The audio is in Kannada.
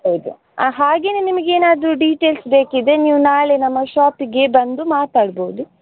ಹೌದು ಹಾಗೇ ನಿಮಗೇನಾದ್ರೂ ಡೀಟೇಲ್ಸ್ ಬೇಕಿದ್ದರೆ ನೀವು ನಾಳೆ ನಮ್ಮ ಷಾಪಿಗೆ ಬಂದು ಮಾತಾಡ್ಬೋದು